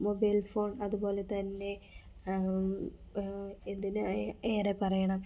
mobile phone അതുപോലെ തന്നെ എന്തിന് ഏറെ പറയണം